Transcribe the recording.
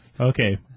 Okay